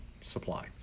supply